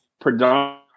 predominantly